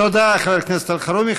תודה, חבר הכנסת אלחרומי.